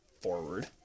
forward